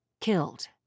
killed